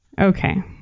Okay